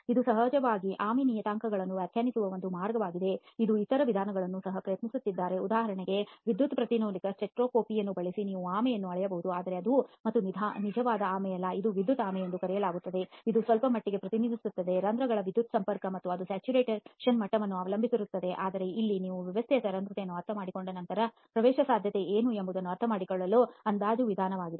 ಈಗ ಸಹಜವಾಗಿ ಇದು ಆಮೆ ನಿಯತಾಂಕಗಳನ್ನು ವ್ಯಾಖ್ಯಾನಿಸುವ ಒಂದು ಮಾರ್ಗವಾಗಿದೆ ಜನರು ಇತರ ವಿಧಾನಗಳನ್ನು ಸಹ ಪ್ರಯತ್ನಿಸಿದ್ದಾರೆ ಉದಾಹರಣೆಗೆ ವಿದ್ಯುತ್ ಪ್ರತಿರೋಧ ಸ್ಪೆಕ್ಟ್ರೋಸ್ಕೋಪಿಯನ್ನು ಬಳಸಿ ನೀವು ಆಮೆಯನ್ನೂ ಅಳೆಯಬಹುದು ಆದರೆ ಅದು ಮತ್ತೆ ನಿಜವಾದ ಆಮೆ ಅಲ್ಲ ಇದನ್ನು ವಿದ್ಯುತ್ ಆಮೆ ಎಂದು ಕರೆಯಲಾಗುತ್ತದೆ ಇದು ಸ್ವಲ್ಪ ಮಟ್ಟಿಗೆ ಪ್ರತಿನಿಧಿಸುತ್ತದೆ ರಂಧ್ರಗಳ ವಿದ್ಯುತ್ ಸಂಪರ್ಕ ಮತ್ತು ಅದು ಸ್ಯಾಚುರೇಶನ್ ಮಟ್ಟವನ್ನು ಅವಲಂಬಿಸಿರುತ್ತದೆ ಆದರೆ ಇಲ್ಲಿ ನೀವು ವ್ಯವಸ್ಥೆಯ ಸರಂಧ್ರತೆಯನ್ನು ಅರ್ಥಮಾಡಿಕೊಂಡ ನಂತರ ಪ್ರವೇಶಸಾಧ್ಯತೆ ಏನು ಎಂಬುದನ್ನು ಅರ್ಥಮಾಡಿಕೊಳ್ಳಲು ಅಂದಾಜು ವಿಧಾನವಾಗಿದೆ